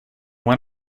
when